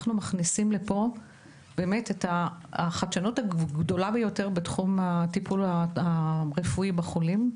אנחנו מכניסים לפה את החדשנות הגדולה ביותר בתחום הטיפול הרפואי בחולים,